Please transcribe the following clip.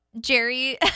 Jerry